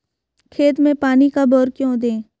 खेत में पानी कब और क्यों दें?